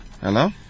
hello